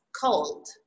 cold